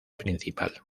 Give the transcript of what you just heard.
principal